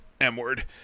M-word